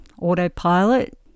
autopilot